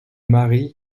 mari